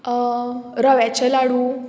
रव्याचें लाडू